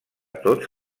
tots